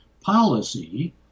policy